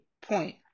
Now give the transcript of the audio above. point